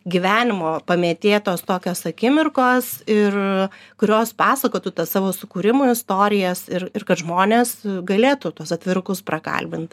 gyvenimo pamėtėtos tokios akimirkos ir kurios pasakotų tas savo sukūrimo istorijas ir ir kad žmonės galėtų tuos atviruskus prakalbint